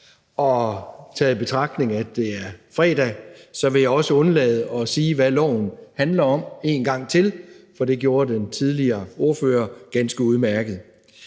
og taget i betragtning, at det er fredag, vil jeg også undlade at sige, hvad loven handler om, for det blev ganske udmærket